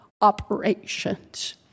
operations